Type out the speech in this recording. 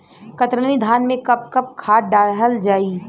कतरनी धान में कब कब खाद दहल जाई?